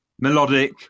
melodic